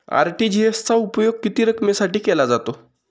RTGS चा उपयोग किती रकमेसाठी केला जातो?